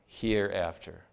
hereafter